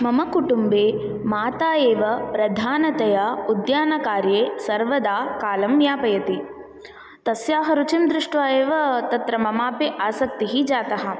मम कुटुम्बे माता एव प्रधानतया उद्यानकार्ये सर्वदा कालं यापयति तस्याः रुचिं दृष्ट्वा एव तत्र ममापि आसक्तिः जातः